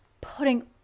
putting